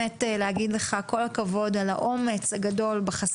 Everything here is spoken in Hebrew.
אני חייבת לומר לך כל הכבוד על האומץ הגדול שגילית בחשיפה.